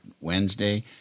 Wednesday